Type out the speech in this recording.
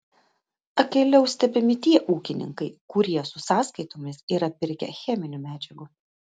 akyliau stebimi tie ūkininkai kurie su sąskaitomis yra pirkę cheminių medžiagų